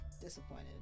disappointed